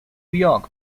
york